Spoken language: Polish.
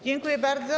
Dziękuję bardzo.